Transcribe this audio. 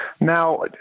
Now